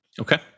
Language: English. Okay